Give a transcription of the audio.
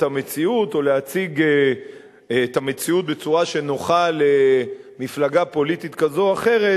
המציאות או להציג את המציאות בצורה שנוחה למפלגה פוליטית כזאת או אחרת,